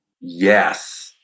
Yes